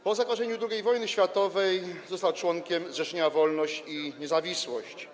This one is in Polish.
Po zakończeniu II wojny światowej został członkiem Zrzeszenia Wolność i Niezawisłość.